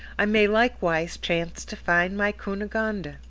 i may likewise chance to find my cunegonde.